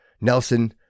Nelson